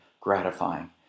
gratifying